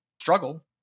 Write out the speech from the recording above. struggle